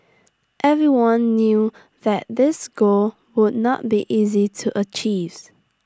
everyone knew that this goal would not be easy to achieve